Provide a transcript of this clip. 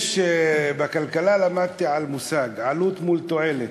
בכלכלה למדתי מושג, עלות מול תועלת.